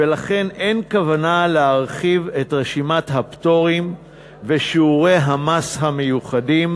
ולכן אין כוונה להרחיב את רשימת הפטורים ושיעורי המס המיוחדים.